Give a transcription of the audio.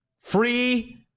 Free